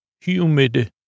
humid